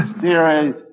series